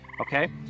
Okay